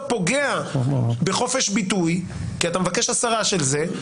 פוגע בחופש ביטוי כי אתה מבקש הסרה של זה,